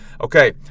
Okay